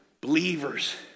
Believers